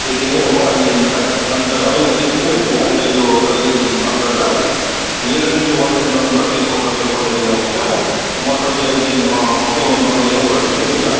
त्यत्ति नै हो अन्त हिसाब अन्त होइन त्यत्ति नै हो कि अन्त यो डल्लै हिसाब गरेर मेरो जुन चाहिँ वाट्सएप नम्बर त्यसमा तपाईँ पठाइदिँदा हुन्छ म तपाईँलाई बिल पेमेन्ट अनलाइनै गरिदिन्छु नि ल